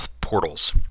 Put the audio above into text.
portals